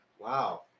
Wow